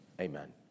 Amen